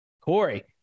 Corey